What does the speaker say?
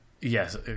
yes